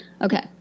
Okay